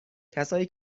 کسایی